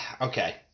okay